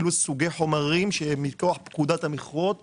אלה סוגי חומרים שמכוח פקודת המכרות --- הבנתי.